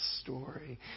story